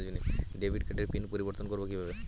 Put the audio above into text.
Debit কার্ডের pin পরিবর্তন করবো কীভাবে?